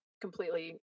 completely